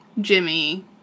Jimmy